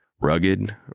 Rugged